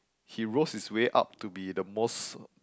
he rose his way up to be the most